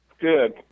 Good